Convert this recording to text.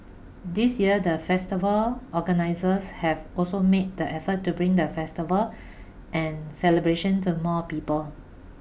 this year the festival organisers have also made the effort to bring the festival and celebrations to more people